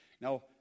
Now